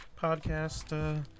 podcast